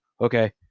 okay